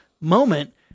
moment